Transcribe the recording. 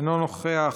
אינו נוכח,